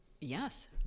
yes